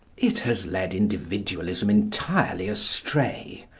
it has led individualism entirely astray.